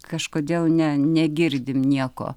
kažkodėl ne negirdim nieko